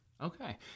Okay